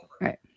Right